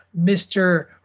Mr